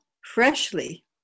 freshly